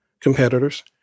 competitors